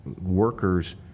workers